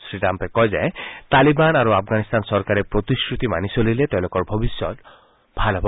শ্ৰীট্টাম্পে কয় যে তালিবান আৰু আফগানিস্তান চৰকাৰে প্ৰতিশ্ৰুতি মানি চলিলে তেওঁলোকৰ ভৱিষ্যৎ ভাল হ'ব